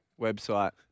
website